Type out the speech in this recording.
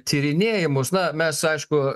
tyrinėjimus na mes aišku